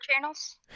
channels